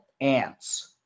Ants